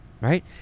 right